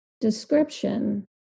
description